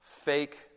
fake